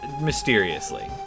mysteriously